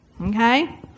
Okay